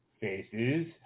Faces